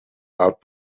art